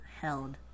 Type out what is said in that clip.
Held